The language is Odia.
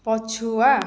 ପଛୁଆ